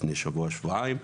לפני שבוע או שבועיים,